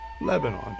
Lebanon